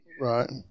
Right